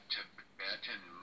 Tibetan